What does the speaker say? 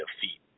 defeat